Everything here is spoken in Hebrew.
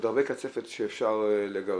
אתה לא צריך לנהוג.